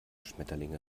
schmetterlinge